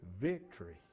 victory